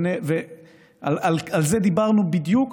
על זה דיברנו בדיוק,